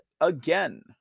again